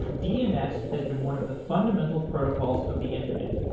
dns has been one of the fundamental protocols of the internet.